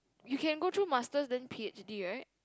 you can go through master then p_h_d right